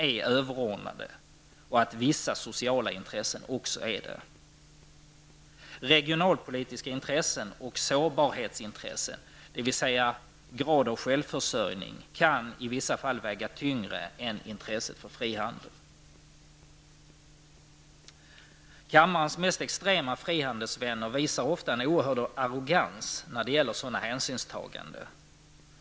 är överordnade och att sociala intressen också är det. Regionalpolitiska intressen och sårbarhetsintressen, dvs. graden av självförsörjning, kan i vissa fall väga tyngre än intresset för frihandeln. Kammarens mest extrema frihandelsvänner visar ofta en oerhörd arrogans när det gäller sådana hänsynstaganden.